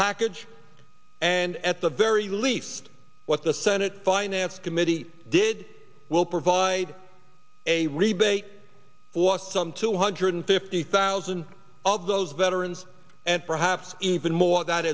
package and at the very least what the senate finance committee did will provide a rebate was some two hundred fifty thousand of those veterans and perhaps even more that